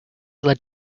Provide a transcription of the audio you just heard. led